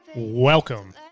Welcome